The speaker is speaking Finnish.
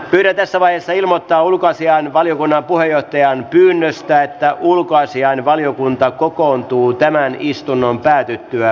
pyydän tässä vaiheessa ilmoittaa ulkoasiainvaliokunnan puheenjohtajan pyynnöstä että ulkoasiainvaliokunta kokoontuu tämän istunnon päätyttyä välittömästi